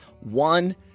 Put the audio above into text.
one